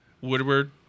woodward